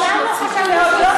מעולם לא חשבנו,